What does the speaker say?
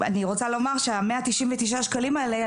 אני רוצה לומר שה-199 שקלים האלה,